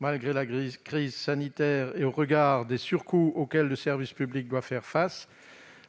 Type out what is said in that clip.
malgré la crise sanitaire, et au regard des surcoûts auxquels le service public doit faire face,